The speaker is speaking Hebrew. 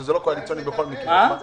שזה לא קואליציוני בכל מקרה?